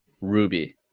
ruby